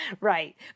right